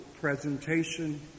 presentation